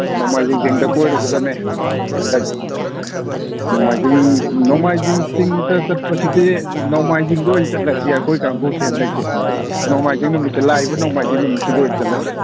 ꯅꯣꯡꯃꯥꯏꯖꯤꯡ ꯆꯤꯡꯗ ꯀꯣꯏꯔꯨꯒꯗꯝꯅꯦ ꯍꯟꯗꯛ ꯅꯣꯡꯃꯥꯏꯖꯤꯡ ꯅꯣꯡꯃꯥꯏꯖꯤꯡ ꯖꯤꯡꯗ ꯆꯠꯄꯁꯤꯗꯤ ꯅꯣꯡꯃꯥꯏꯖꯤꯡꯗ ꯑꯣꯏꯅ ꯆꯠꯂꯁꯤ ꯑꯩꯈꯣꯏ ꯀꯥꯡꯕꯨꯁꯦ ꯍꯟꯗꯛꯁꯦ ꯅꯣꯡꯃꯥꯏꯖꯤꯡ ꯅꯨꯃꯤꯠꯇ ꯂꯥꯛꯏꯕ ꯅꯣꯡꯃꯥꯏꯖꯤꯡ ꯅꯨꯃꯤꯠꯁꯤꯗ ꯑꯣꯏ ꯆꯠꯂꯁꯤ